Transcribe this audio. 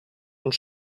und